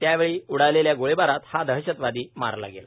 त्यावेळी उडालेल्या गोळीबारात हा दहशतवादी मारला गेला